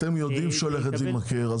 אתם יודעים שהיא הולכת להימכר,